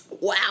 wow